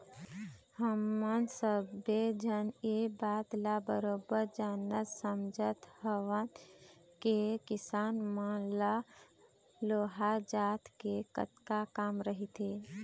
हमन सब्बे झन ये बात ल बरोबर जानत समझत हवन के किसान मन ल लोहार जात ले कतका काम रहिथे